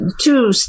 two